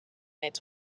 its